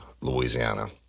Louisiana